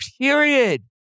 period